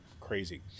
Crazy